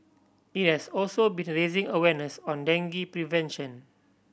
it has also been raising awareness on dengue prevention